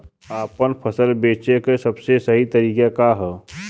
आपन फसल बेचे क सबसे सही तरीका का ह?